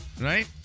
right